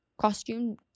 costume